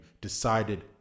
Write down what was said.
decided